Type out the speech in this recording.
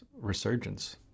resurgence